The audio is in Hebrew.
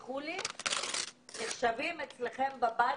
כמו שירותים.